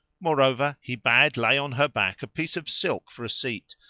moreover he bade lay on her back a piece of silk for a seat,